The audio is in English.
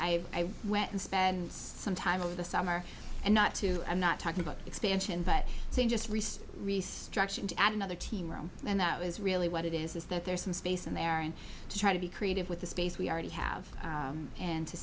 i went and spent some time over the summer and not to i'm not talking about expansion but just restructuring to add another team room and that is really what it is that there's some space in there and to try to be creative with the space we already have and to